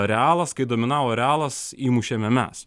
realas kai dominavo realas įmušėme mes